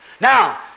Now